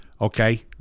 Okay